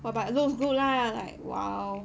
!wah! but it looks good lah like !wow!